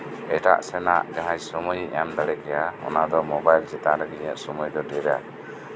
ᱮᱴᱟᱜ ᱥᱮᱱᱟᱜ ᱡᱟᱦᱟᱸ ᱥᱚᱢᱚᱭ ᱤᱧ ᱮᱢ ᱫᱟᱲᱮ ᱠᱮᱭᱟ ᱚᱱᱟ ᱫᱚ ᱢᱳᱵᱟᱭᱚᱤᱞ ᱪᱮᱛᱟᱱ ᱨᱮᱜᱮ ᱰᱷᱮᱨ ᱮ